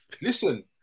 listen